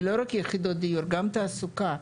לא רק יחידות דיור, גם תעסוקה,